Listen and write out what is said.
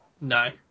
No